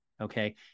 Okay